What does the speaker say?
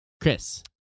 Chris